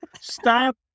Stop